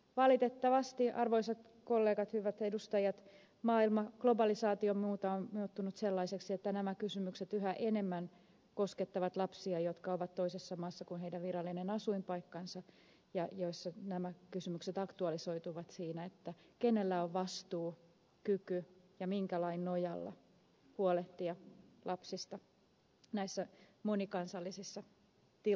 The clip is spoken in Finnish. valitettavasti arvoisat kollegat hyvät edustajat maailma globalisaation myötä on muuttunut sellaiseksi että nämä kysymykset yhä enemmän koskettavat lapsia jotka ovat toisessa maassa kuin heidän virallinen asuinpaikkansa ja joissa nämä kysymykset aktualisoituvat siinä kenellä on vastuu ja kyky huolehtia lapsista näissä monikansallisissa tilanteissa ja minkä lain nojalla tämä tapahtuu